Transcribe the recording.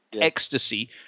ecstasy